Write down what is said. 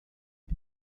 oui